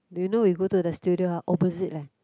do you know you go to the studio opposite leh